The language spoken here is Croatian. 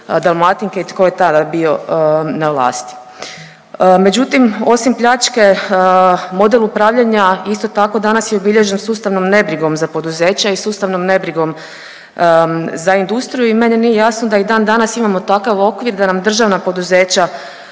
Dalmatinke i tko je tada bio na vlasti. Međutim, osim pljačke model upravljanja isto tako danas je obilježen sustavnom nebrigom za poduzeća i sustavnom nebrigom za industriju i meni nije jasno da i dan danas imamo takav okvir da nam državna poduzeća